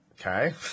Okay